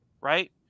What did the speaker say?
right